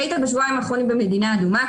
שהית בשבועיים האחרונים במדינה אדומה,